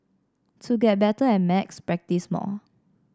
to get better at maths practise more